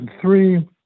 three